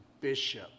bishop